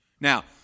Now